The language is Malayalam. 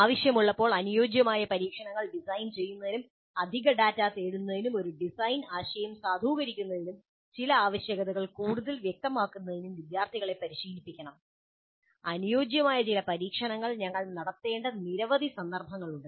ആവശ്യമുള്ളപ്പോൾ അനുയോജ്യമായ പരീക്ഷണങ്ങൾ ഡിസൈൻ ചെയ്യുന്നതിനും അധിക ഡാറ്റ നേടുന്നതിനും ഒരു ഡിസൈൻ ആശയം സാധൂകരിക്കുന്നതിനും ചില ആവശ്യകതകൾ കൂടുതൽ വ്യക്തമാക്കുന്നതിനും വിദ്യാർത്ഥികളെ പരിശീലിപ്പിക്കണം അനുയോജ്യമായ ചില പരീക്ഷണങ്ങൾ ഞങ്ങൾ നടത്തേണ്ട നിരവധി സന്ദർഭങ്ങളുണ്ട്